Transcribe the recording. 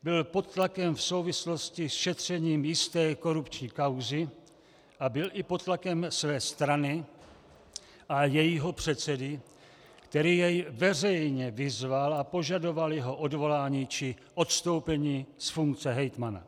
Byl pod tlakem v souvislosti s šetřením jisté korupční kauzy a byl i pod tlakem své strany a jejího předsedy, který jej veřejně vyzval a požadoval jeho odvolání či odstoupení z funkce hejtmana.